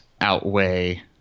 outweigh